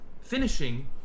finishing